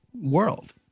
world